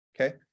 okay